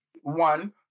One